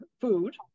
food